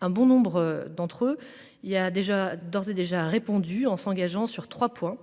Un bon nombre d'entre eux, il y a déjà, d'ores et déjà répondu en s'engageant sur 3 points.